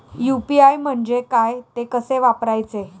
UPI म्हणजे काय, ते कसे वापरायचे?